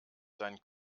seinen